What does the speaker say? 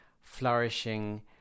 flourishing